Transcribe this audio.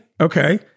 Okay